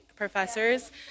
professors